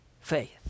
faith